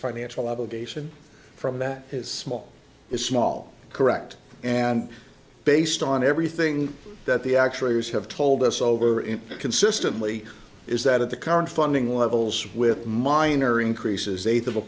financial obligation from that is small is small correct and based on everything that the actuaries have told us over in consistently is that at the current funding levels with minor increases eighth of a